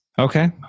Okay